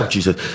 Jesus